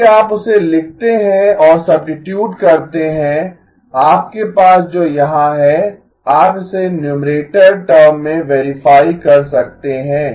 यदि आप उसे लिखते हैं और सब्सिटयूट करते है आपके पास जो यहाँ है आप इसे न्यूमरेटर टर्म में वेरीफाई कर सकते हैं